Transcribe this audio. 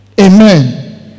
Amen